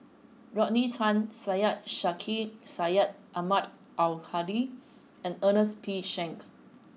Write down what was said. Rodney Tan Syed Sheikh Syed Ahmad Al Hadi and Ernest P Shanks